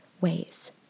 ways